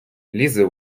лізе